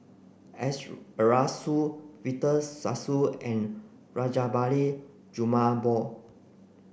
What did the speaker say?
Arasu Victor Sassoon and Rajabali Jumabhoy